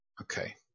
Okay